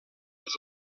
els